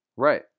Right